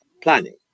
planning